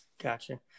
Gotcha